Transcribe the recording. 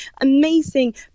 amazing